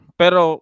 pero